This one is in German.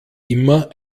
immer